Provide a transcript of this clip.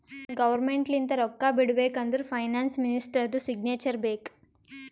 government ಲಿಂತ ರೊಕ್ಕಾ ಬಿಡ್ಬೇಕ ಅಂದುರ್ ಫೈನಾನ್ಸ್ ಮಿನಿಸ್ಟರ್ದು ಸಿಗ್ನೇಚರ್ ಬೇಕ್